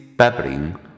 Babbling